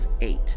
eight